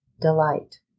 delight